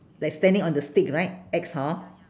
like standing on the stick right X hor